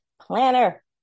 planner